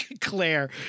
Claire